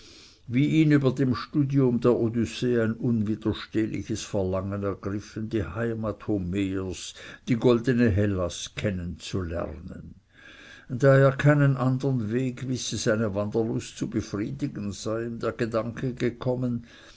wie ihn über dem studium der odyssee ein unwiderstehliches verlangen ergriffen die heimat homers die goldene hellas kennenzulernen da er keinen andern weg wisse seine wanderlust zu befriedigen sei ihm der gedanke gekommen